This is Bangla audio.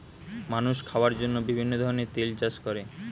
মানুষ খাওয়ার জন্য বিভিন্ন ধরনের তেল চাষ করে